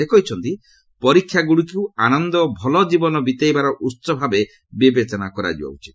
ସେ କହିଛନ୍ତି ପରୀକ୍ଷାଗୁଡ଼ିକୁ ଆନନ୍ଦ ଓ ଭଲ ଜୀବନ ବିତାଇବାର ଉହ ଭାବେ ବିବେଚନା କରିବା ଉଚିତ